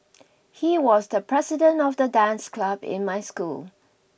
he was the president of the dance club in my school